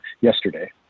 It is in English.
yesterday